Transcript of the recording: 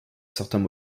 certains